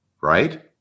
right